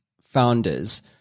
founders